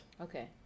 Okay